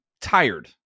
tired